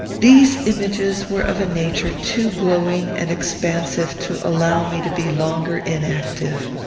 these images were of a nature too glowing and expansive to allow me to be longer inactive.